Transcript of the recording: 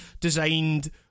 designed